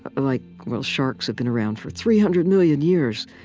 like well, sharks have been around for three hundred million years